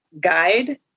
guide